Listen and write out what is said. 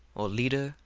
or leader,